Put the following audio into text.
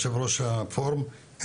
ויסאם נאבואני, אחרי זה עלם ולאחר מכן ואיל.